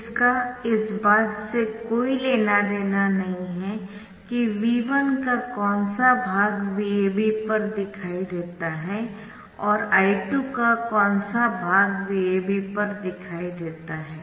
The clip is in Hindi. इसका इस बात से कोई लेना देना नहीं है कि V1 का कौन सा भाग VAB पर दिखाई देता है और I2 का कौन सा भाग VAB पर दिखाई देता है